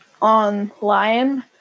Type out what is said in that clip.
online